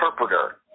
interpreter